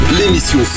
l'émission